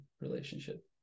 relationship